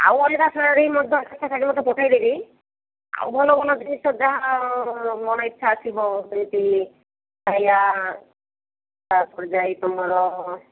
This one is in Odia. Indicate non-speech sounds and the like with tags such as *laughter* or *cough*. ଆଉ ଅଲଗା ଶାଢ଼ୀ ମଧ୍ୟ *unintelligible* ଶାଢ଼ୀ ପଠାଇଦେବି ଆଉ ଭଲ ଭଲ ଜିନିଷ ଯାହା ମନ ଇଚ୍ଛା ଆସିବ *unintelligible* ତା'ପରେ ଯାଇ ତୁମର